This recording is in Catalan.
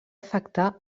afectar